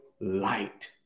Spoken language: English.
light